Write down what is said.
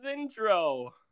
intro